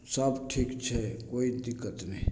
सब ठीक छै कोइ दिक्कत नहि